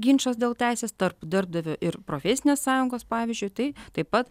ginčas dėl teisės tarp darbdavio ir profesinės sąjungos pavyzdžiui tai taip pat